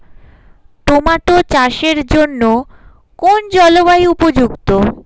Tomato চাষের জন্য কোন জলবায়ু উপযুক্ত?